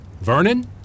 Vernon